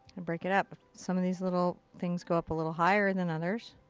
and break it up. some of these little things go up a little higher than others.